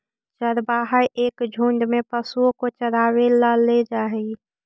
चरवाहा एक झुंड में पशुओं को चरावे ला ले जा हई